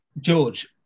george